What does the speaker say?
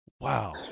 wow